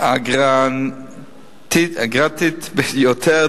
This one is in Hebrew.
האנרגטית ביותר,